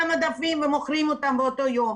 על המדפים ומוכרים אותן באותו יום.